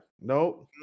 Nope